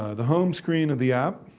ah the home screen of the app.